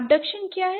abduction क्या है